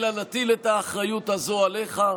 אלא נטיל את האחריות הזו עליך.